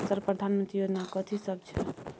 Sir प्रधानमंत्री योजना कथि सब छै?